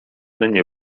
nie